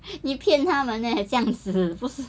你骗他们 eh 这样子不